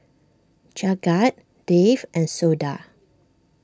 Jagat Dev and Suda